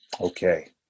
Okay